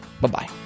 Bye-bye